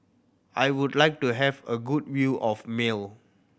I would like to have a good view of Male